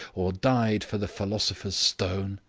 or died for the philosopher's stone?